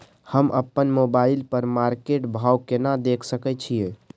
हम अपन मोबाइल पर मार्केट भाव केना देख सकै छिये?